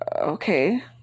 Okay